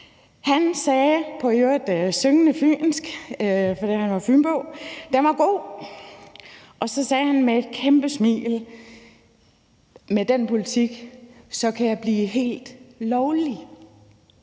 Han sagde – på i øvrigt syngende fynsk, for han var fynbo – at den var god. Og så sagde han med et kæmpe smil: Med den politik kan jeg blive helt lovlig.